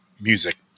music